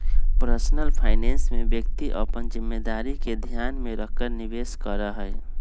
personal finance में व्यक्ति अपन जिम्मेदारी के ध्यान में रखकर निवेश करा हई